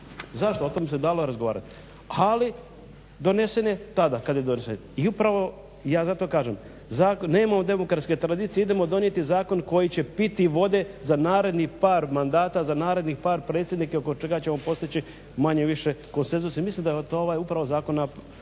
zašto? O tome bi se dalo razgovarati. Ali donesen je tada kad je donesen i upravo ja zato kažem zakon, nemamo demokratske tradicije idemo donijeti zakon koji će piti vode za naredni par mandata, za narednih par predsjednika i oko čega ćemo postići manje-više konsenzuse. I mislim da je to ovaj upravo zakon